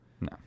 No